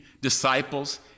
disciples